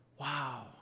wow